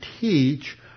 teach